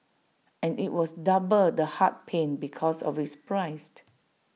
and IT was double the heart pain because of its price